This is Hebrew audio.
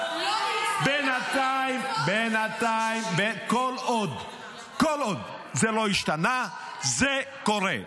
--- בינתיים, כל עוד זה לא השתנה, זה קורה.